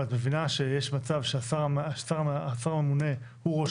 אבל את מבינה שיש מצב שהשר הממונה הוא ראש